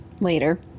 Later